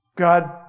God